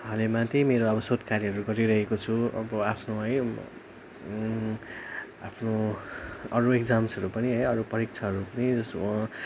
हालैमा त्यही मेरो अब शोधकार्यहरू गरिरहेको छु अब आफ्नो है आफ्नो अरू इकजाम्सहरू पनि अरू परीक्षाहरू पनि जसमा